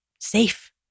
safe